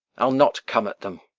i ll not come at them.